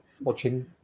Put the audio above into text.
watching